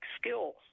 skills